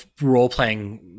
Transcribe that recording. role-playing